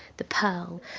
the pow.